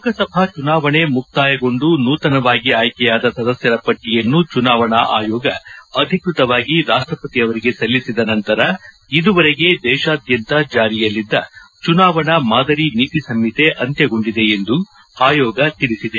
ಲೋಕಸಭೆ ಚುನಾವಣೆ ಮುಕ್ತಾಯಗೊಂಡು ನೂತನವಾಗಿ ಆಯ್ಕೆಯಾದ ಸದಸ್ನರ ಪಟ್ಟಿಯನ್ನು ಚುನಾವಣಾ ಆಯೋಗ ಅಧಿಕೃತವಾಗಿ ರಾಷ್ಷಪತಿ ಅವರಿಗೆ ಸಲ್ಲಿಸಿದ ನಂತರ ಇದುವರೆಗೆ ದೇಶಾದ್ವಂತ ಜಾರಿಯಲ್ಲಿದ್ದ ಚುನಾವಣಾ ಮಾದರಿ ನೀತಿ ಸಂಹಿತೆ ಅಂತ್ಯಗೊಂಡಿದೆ ಎಂದು ಆಯೋಗ ತಿಳಿಸಿದೆ